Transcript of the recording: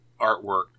artwork